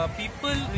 people